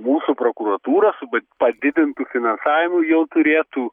mūsų prokuratūra su padidintu finansavimu jau turėtų